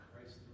Christ